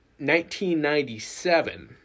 1997